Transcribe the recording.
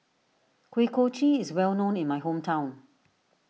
Kuih Kochi is well known in my hometown